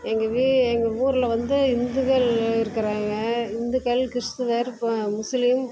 எங்கள் எங்கள் ஊரில் வந்து இந்துக்கள் இருக்கிறாங்க இந்துக்கள் கிறிஸ்துவர் இப்போ முஸ்லீம்